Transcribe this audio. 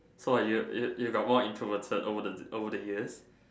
so what you you you've got more introverted over the over the years